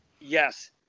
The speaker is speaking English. Yes